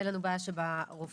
אין לנו בעיה שיהיו בה רופאים,